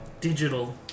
Digital